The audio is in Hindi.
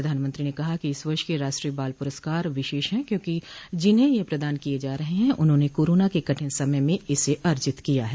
प्रधानमंत्री ने कहा कि इस वर्ष के राष्ट्रीय बाल पुरस्कार विशेष है क्योंकि जिन्हें ये प्रदान किये जा रहे हैं उन्होंने कोरोना के कठिन समय में इसे अर्जित किया है